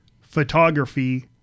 photography